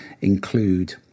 include